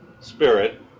Spirit